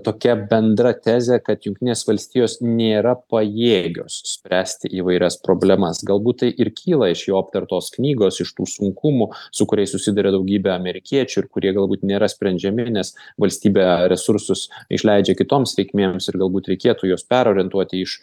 tokia bendra tezė kad jungtinės valstijos nėra pajėgios spręsti įvairias problemas galbūt tai ir kyla iš jo aptartos knygos iš tų sunkumų su kuriais susiduria daugybė amerikiečių ir kurie galbūt nėra sprendžiami nes valstybė resursus išleidžia kitoms reikmėms ir galbūt reikėtų juos perorientuoti iš